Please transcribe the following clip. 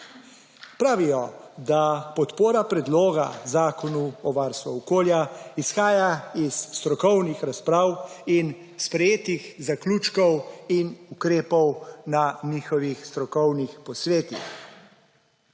Pravijo, da podpora Predlogu zakona o varstvu okolja izhaja iz strokovnih razprav in sprejetih zaključkov in ukrepov na njihovih strokovnih posvetih.